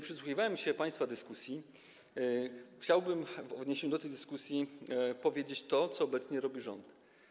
Przysłuchiwałem się państwa dyskusji i chciałbym w odniesieniu do tej dyskusji powiedzieć, co obecnie robi rząd.